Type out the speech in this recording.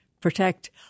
protect